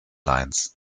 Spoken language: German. lines